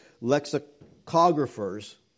lexicographers